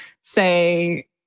say